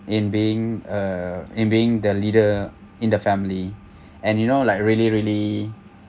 in being a and being the leader in the family and you know like really really